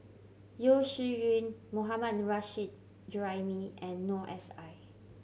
Yeo Shih Yun Mohammad Nurrasyid Juraimi and Noor S I